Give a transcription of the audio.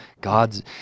God's